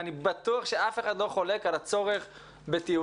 אני בטוח שאף אחד לא חולק על הצורך בטיולים,